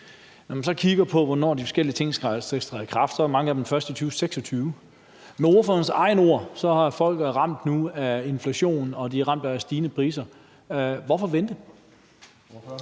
Når man så kigger på, hvornår de forskellige ting skal træde i kraft, er mange af dem først i 2026. Med ordførerens egne ord er folk nu ramt af inflation og stigende priser. Hvorfor vente?